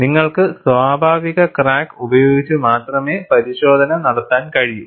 നിങ്ങൾക്ക് സ്വാഭാവിക ക്രാക്ക് ഉപയോഗിച്ച് മാത്രമേ പരിശോധന നടത്താൻ കഴിയൂ